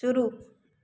शुरू